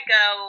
go